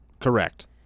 Correct